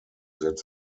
that